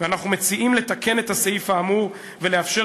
ואנחנו מציעים לתקן את הסעיף האמור ולאפשר